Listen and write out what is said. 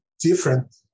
different